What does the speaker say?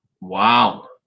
wow